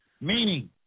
meaning